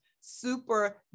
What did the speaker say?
super